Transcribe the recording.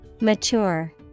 Mature